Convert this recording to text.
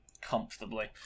Comfortably